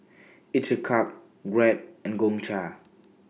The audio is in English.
Each A Cup Grab and Gongcha